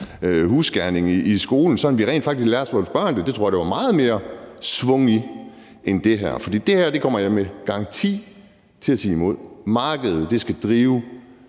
husgerning i skolen, så vi rent faktisk lærte vores børn det, tror jeg, der var meget mere svung i det end det her. Det her kommer jeg med garanti til at være imod. Markedet skal drive